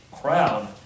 crowd